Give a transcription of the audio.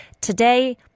today